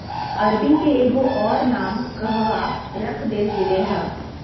अरबी के एगो और नाम कहवा रख देल गेलय हें